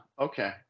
okay